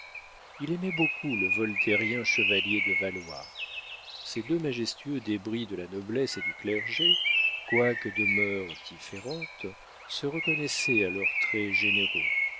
il aimait beaucoup le voltairien chevalier de valois ces deux majestueux débris de la noblesse et du clergé quoique de mœurs différentes se reconnaissaient à leurs traits généraux